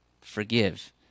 forgive